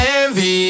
envy